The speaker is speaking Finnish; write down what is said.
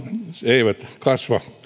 eivät kasva